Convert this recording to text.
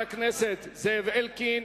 חבר הכנסת זאב אלקין,